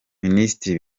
minisitiri